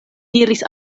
diris